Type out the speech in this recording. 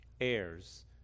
heirs